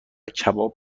کباب